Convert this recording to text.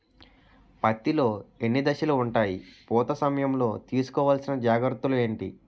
పత్తి లో ఎన్ని దశలు ఉంటాయి? పూత సమయం లో తీసుకోవల్సిన జాగ్రత్తలు ఏంటి?